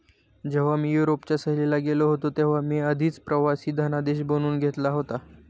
जेव्हा मी युरोपच्या सहलीला गेलो होतो तेव्हा मी आधीच प्रवासी धनादेश बनवून घेतला होता